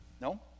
No